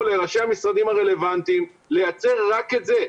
לראשי המשרדים הרלוונטיים לייצר רק את זה.